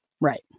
Right